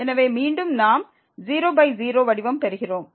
எனவே மீண்டும் நாம் 00 வடிவம் பெறுகிறோம்